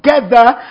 together